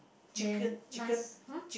then nice hmm